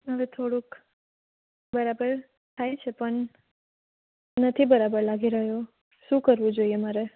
હવે થોડુંક બરાબર થાય છે પણ નથી બરાબર લાગી રહ્યું શું કરવું જોઈએ મારે